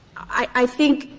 i think